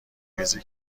ریزی